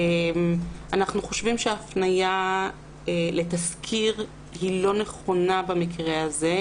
אנחנו חושבים שההפניה לתזכיר היא לא נכונה במקרה הזה.